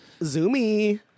Zoomy